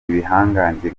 ibihangange